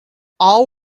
all